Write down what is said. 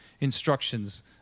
instructions